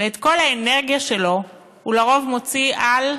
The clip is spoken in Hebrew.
ואת כל האנרגיה שלהם הם לרוב מוציאים על,